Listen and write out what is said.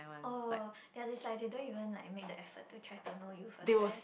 oh ya it's like they don't even like make the effort to try to know you first right